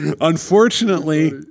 Unfortunately